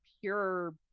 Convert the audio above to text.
pure